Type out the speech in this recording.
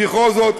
פסיכוזות,